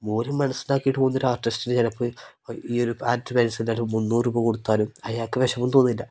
മൂല്യം മനസ്സിലാക്കിയിട്ട് പോകുന്ന ഒരു ആർട്ടിസ്റ്റിന് ചിലപ്പോൾ ഈ ഒരു ഒരു മുന്നൂറ് രൂപ കൊടുത്താലും അയാൾക്ക് വിഷമം തോന്നില്ല